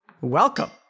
welcome